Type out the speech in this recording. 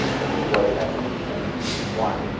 but what it's actually describing is lukewarm,